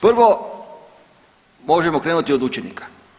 Prvo možemo krenuti od učenika.